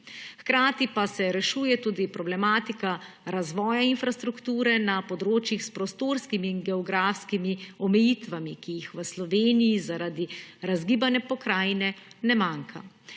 Hkrati pa se rešuje tudi problematika razvoja infrastrukture na področjih s prostorskimi in geografskimi omejitvami, ki jih v Sloveniji zaradi razgibane pokrajine ne manjka.